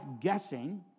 guessing